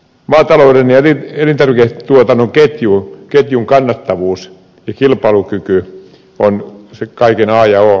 maatalouden ja elintarviketuotannon ketjun kannattavuus ja kilpailukyky on se kaiken a ja o